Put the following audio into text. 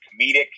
comedic